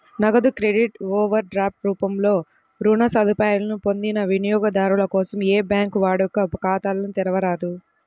నగదు credit, overdraft రూపంలో రుణ సదుపాయాలను పొందిన వినియోగదారుల కోసం ఏ బ్యాంకూ వాడుక ఖాతాలను తెరవరాదు